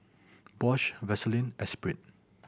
Bosch Vaseline Espirit